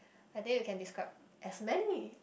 I think you can describe as many